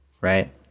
right